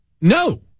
no